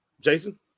Jason